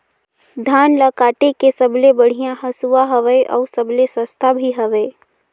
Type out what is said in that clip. धान ल काटे के सबले बढ़िया हंसुवा हवये? अउ सबले सस्ता भी हवे?